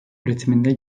üretiminde